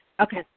Okay